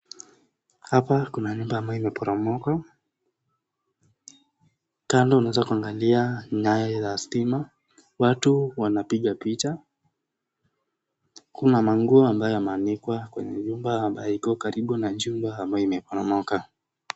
Hapa kuna nyumba ambayo imeporomoka, kando unaweza kuangalia nai la stima, watu wanapiga picha, kuna manguo ambayo yameanikwa kwenye nyumba ambayo iko karibu na jumba ambayo imeporomoka.